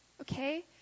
Okay